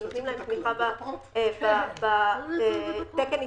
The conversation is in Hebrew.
נותנים להם תמיכה בתקן ההתמחות,